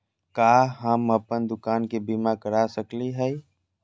का हम अप्पन दुकान के बीमा करा सकली हई?